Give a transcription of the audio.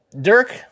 Dirk